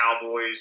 Cowboys